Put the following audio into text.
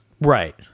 right